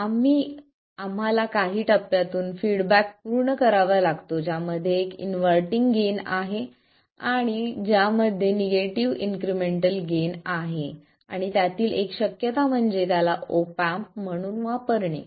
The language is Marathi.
तर आम्हाला काही टप्प्यातून फीडबॅक पूर्ण करावा लागतो ज्यामध्ये एक इन्व्हर्टींग गेन आहे ज्यामध्ये निगेटिव्ह इन्क्रिमेंटल गेन आहे आणि त्यातील एक शक्यता म्हणजे त्याला ऑप एम्प म्हणून वापरणे